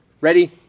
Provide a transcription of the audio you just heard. Ready